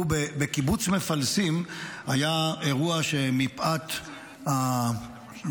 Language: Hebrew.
בקיבוץ מפלסים היה אירוע שמפאת הדרמה,